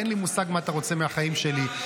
אין לי מושג מה אתה רוצה מהחיים שלי.